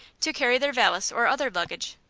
to carry their valise or other luggage.